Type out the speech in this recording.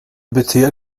beter